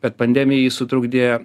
bet pandemijai sutrukdė